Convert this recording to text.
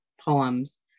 poems